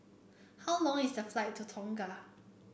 how long is the flight to Tonga